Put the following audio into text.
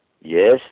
Yes